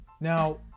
now